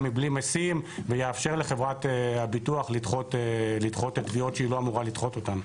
מבלי משים ויאפשר לחברת הביטוח לדחות תביעות שהיא לא אמורה לדחות אותן.